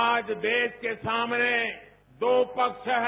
आज देश के सामने दो पक्ष हैं